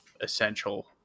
essential